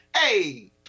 hey